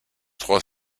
trois